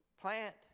plant